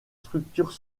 structures